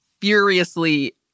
furiously